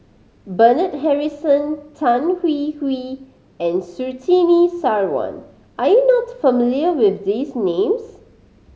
Bernard Harrison Tan Hwee Hwee and Surtini Sarwan are you not familiar with these names